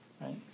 Right